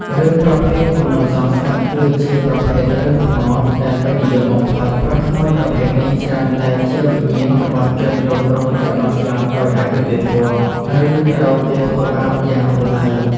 រឿងប្រភេទគំនុំសងសឹក គឺជាប្រភេទរឿងខ្មោចដែលពេញនិយមបំផុត ព្រោះខ្មោចប្រភេទនេះច្រើនតែជាវិញ្ញាណរបស់ជនរងគ្រោះដែលបានស្លាប់ដោយអយុត្តិធម៌ ឬត្រូវគេធ្វើបាបយ៉ាងឃោរឃៅ។